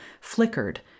flickered